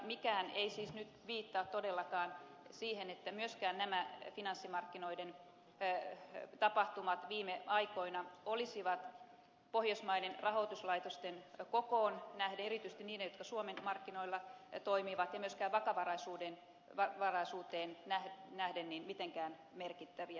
mikään ei siis nyt viittaa todellakaan siihen että nämä finanssimarkkinoiden tapahtumat viime aikoina olisivat pohjoismaiden rahoituslaitosten kokoon nähden erityisesti niiden jotka suomen markkinoilla toimivat ja myöskään vakavaraisuuteen nähden mitenkään merkittäviä